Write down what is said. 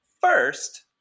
First